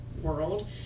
World